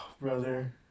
brother